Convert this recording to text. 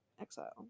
Exile